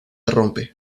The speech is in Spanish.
rompe